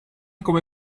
come